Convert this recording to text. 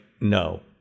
no